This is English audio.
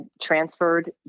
transferred